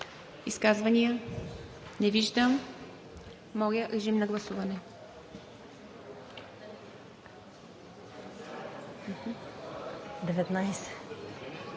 изказвания. Не виждам. Моля, режим на гласуване на